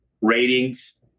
ratings